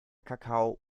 kakao